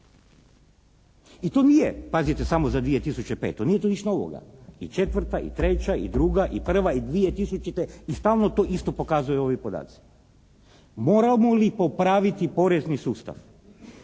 I to nije pazite samo za 2005. Nije to ništa novoga. I četvrta i treća i druga i prva i 2000. i stalno to isto pokazuju ovi podaci. Moramo li popraviti porezni sustav